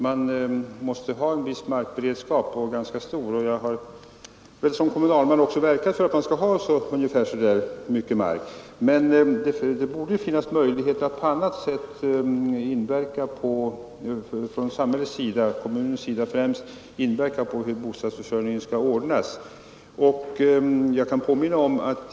Man måste ha en viss, ganska stor markberedskap, och jag har som kommunalman också verkat för att man skall ha ungefär så där mycket mark, men det borde finnas andra möjligheter för samhället — främst från kommunernas sida — att inverka på bostadsförsörjningen.